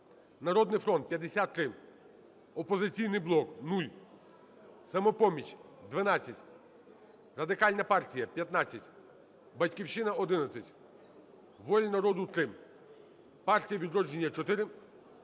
"Народний фронт" – 53, "Опозиційний блок" – 0, "Самопоміч" – 12, Радикальна партія – 15, "Батьківщина" – 11, "Воля народу" – 3, "Партія "Відродження" – 4